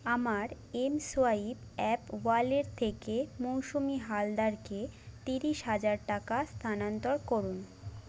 আমার M swipe app wallet থেকে মৌসুমি হালদারকে তিরিশ হাজার টাকা স্থানান্তর করুন